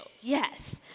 Yes